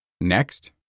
Next